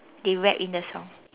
they rap in the song